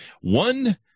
One